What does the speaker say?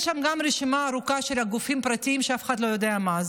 יש שם גם רשימה ארוכה של גופים פרטיים שאף אחד לא יודע מהם.